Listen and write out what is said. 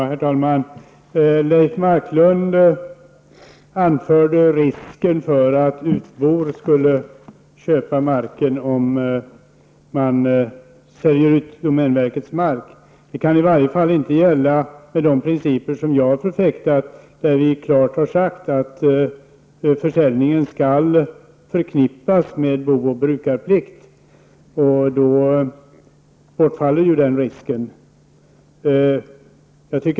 Herr talman! Leif Marklund anförde risken för att utbor skulle köpa marken om man säljer ut domänverkets mark. Det kan i varje fall inte gälla med de principer som jag förfäktar. Vi har klart sagt att försäljning skall förknippas med bo och brukarplikt. Då bortfaller den risken.